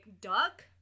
duck